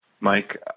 mike